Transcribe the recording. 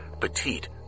Petite